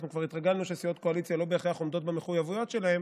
אנחנו כבר התרגלנו שסיעות קואליציה לא בהכרח עומדות במחויבויות שלהן,